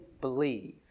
believe